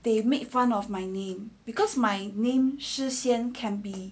they make fun of my name because my name 诗掀 can be